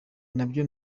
nabyo